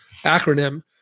acronym